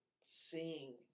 seeing